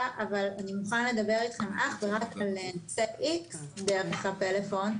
אבל אני מוכן לדבר אתכם אך ורק על נושא X דרך הפלאפון,